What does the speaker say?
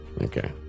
Okay